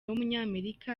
w’umunyamerika